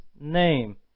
name